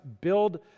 build